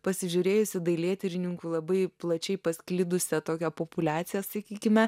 pasižiūrėjus į dailėtyrininkų labai plačiai pasklidusią tokią populiaciją sakykime